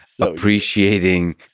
appreciating